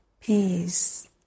peace